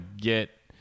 get